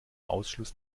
ausschluss